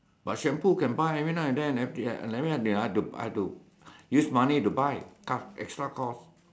but shampoo can buy every now and then everyday I have to use money to buy come extra cost